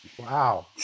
Wow